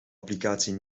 applicatie